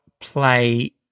play